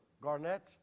Garnett